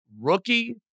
Rookie